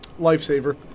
Lifesaver